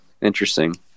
interesting